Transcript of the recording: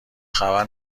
خبر